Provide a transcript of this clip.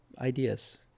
ideas